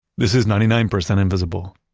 this is ninety nine percent invisible,